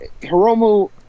Hiromu